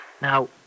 Now